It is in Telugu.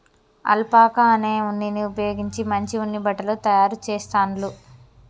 అల్పాకా అనే ఉన్నిని ఉపయోగించి మంచి ఉన్ని బట్టలు తాయారు చెస్తాండ్లు